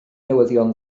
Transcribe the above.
newyddion